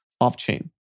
off-chain